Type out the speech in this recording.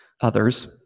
others